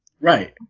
Right